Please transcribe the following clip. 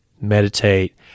meditate